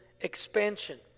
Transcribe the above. expansion